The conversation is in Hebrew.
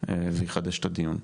ויחדש את הדיון,